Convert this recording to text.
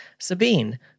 Sabine